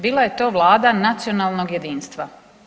Bila je to Vlada nacionalnog jedinstva.